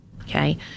okay